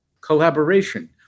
collaboration